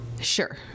Sure